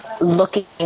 looking